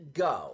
go